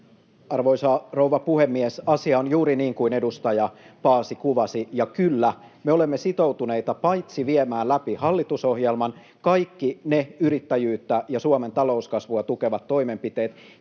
Arvoisa rouva puhemies! Asia on juuri niin kuin edustaja Paasi kuvasi, ja kyllä, me olemme sitoutuneita paitsi viemään läpi hallitusohjelman, kaikki ne yrittäjyyttä ja Suomen talouskasvua tukevat toimenpiteet,